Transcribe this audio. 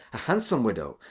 a handsome widow,